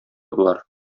болар